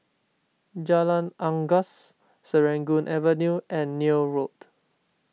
Jalan Unggas Serangoon Avenue and Neil Road